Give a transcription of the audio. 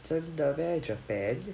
真的 meh japan